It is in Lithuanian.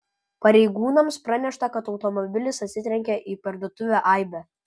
pareigūnams pranešta kad automobilis atsitrenkė į parduotuvę aibė